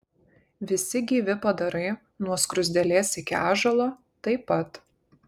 visi gyvi padarai nuo skruzdėlės iki ąžuolo taip pat